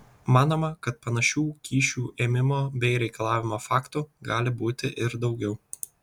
manoma kad panašių kyšių ėmimo bei reikalavimo faktų gali būti ir daugiau